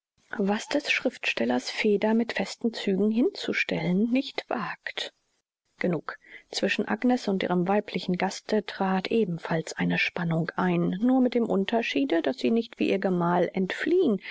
was des schriftstellers feder mit festen zügen hinzustellen nicht wagt genug zwischen agnes und ihrem weiblichen gaste trat ebenfalls eine spannung ein nur mit dem unterschiede daß sie nicht wie ihr gemal entfliehen